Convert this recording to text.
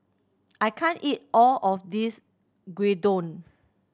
I can't eat all of this Gyudon